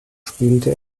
spielte